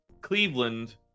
Cleveland